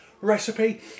recipe